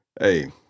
Hey